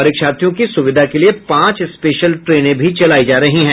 परीक्षार्थियों की सुविधा के लिये पांच स्पेशल ट्रेनें भी चलायी जा रही है